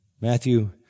Matthew